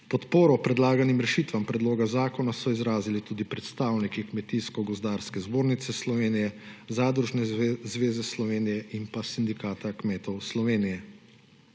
Podporo predlaganim rešitvam predloga zakona so izrazili tudi predstavniki Kmetijsko gozdarske zbornice Slovenije, Zadružne zveze Slovenije in Sindikata kmetov Slovenije.